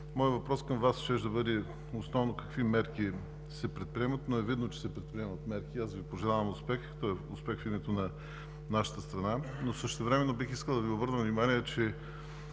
Моят въпрос към Вас щеше да бъде основно какви мерки се предприемат, но е видно, че се предприемат мерки. Аз Ви пожелавам успех в името на нашата страна. Същевременно бих искал да Ви обърна внимание, че